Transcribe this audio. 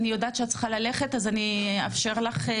אני יודעת שאת צריכה ללכת אז אני אאפשר לך להגיד את דברייך.